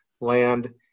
land